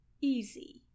easy